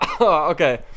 Okay